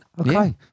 Okay